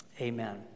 Amen